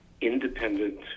independent